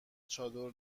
چادر